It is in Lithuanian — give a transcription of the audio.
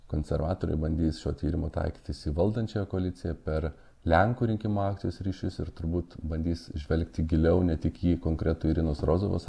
konservatoriai bandys šio tyrimo taikytis į valdančiąją koaliciją per lenkų rinkimų akcijos ryšius ir turbūt bandys žvelgti giliau ne tik į konkretų irinos rozovos